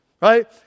right